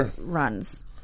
runs